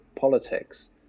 politics